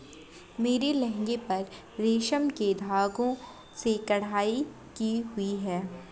मेरे लहंगे पर रेशम के धागे से कढ़ाई की हुई है